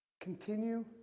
continue